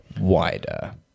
wider